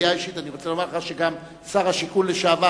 מידיעה אישית אני רוצה לומר לך שגם שר השיכון לשעבר,